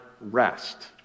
rest